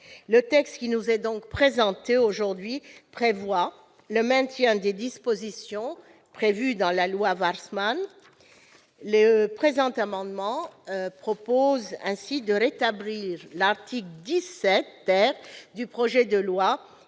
le texte qui nous est présenté aujourd'hui prévoit donc le maintien des dispositions de la loi Warsmann. Le présent amendement tend à rétablir l'article 17 du projet de loi,